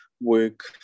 work